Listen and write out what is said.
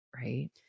Right